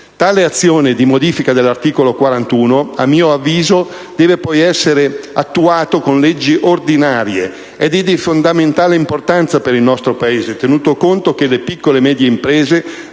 Tale azione di modifica dell'articolo 41, a mio avviso, deve poi essere attuata con leggi ordinarie ed è di fondamentale importanza per il nostro Paese, tenuto conto che le piccole e medie imprese